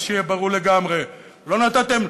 ושיהיה ברור לגמרי, לא נתתם,